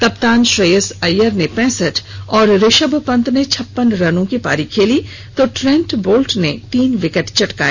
कप्तान श्रेयस अय्यर ने पैंसठ और ऋषभ पंत ने छप्पन रन की पारी खेली तो ट्रेंट बोल्ट ने तीन विकेट चटकाए